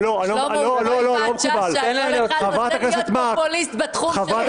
כל אחד רוצה להיות פופוליסט בתחום --- רגע,